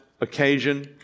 occasion